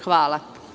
Hvala.